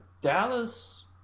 Dallas